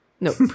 Nope